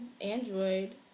android